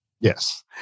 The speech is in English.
Yes